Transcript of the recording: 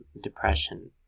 depression